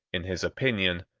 in his opinion,